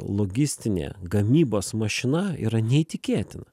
logistinė gamybos mašina yra neįtikėtina